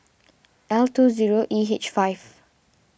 L two zero E H five